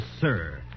sir